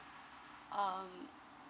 um